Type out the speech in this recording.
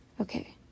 okay